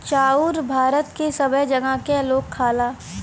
चाउर भारत के सबै जगह क लोग खाला